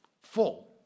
full